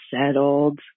settled